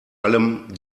allem